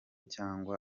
cyangwa